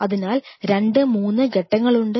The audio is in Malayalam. അതിനാൽ 2 3 ഘട്ടങ്ങളുണ്ട്